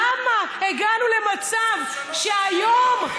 למה הגענו למצב, אני איתכם.